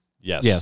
yes